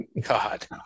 God